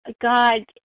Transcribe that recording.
God